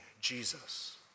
Jesus